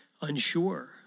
unsure